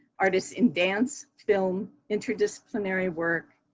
artists in dance, film, interdisciplinary work,